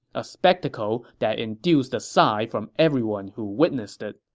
a spectacle that induced a sigh from everyone who witnessed it.